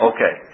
Okay